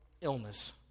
illness